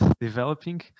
developing